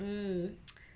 mm